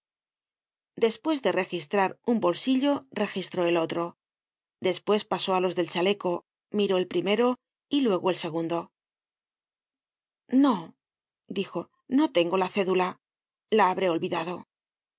despues de registrar un bolsillo registró el otro despues pasó á los del chaleco miró el primero y luego el segundo no dijo no tengo la cédula la habré olvidado